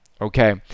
okay